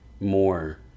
more